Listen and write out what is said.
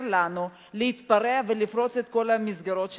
לנו להתפרע ולפרוץ את כל מסגרות התקציב.